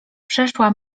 przeszła